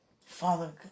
Father